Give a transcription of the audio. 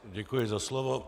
Děkuji za slovo.